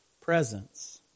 presence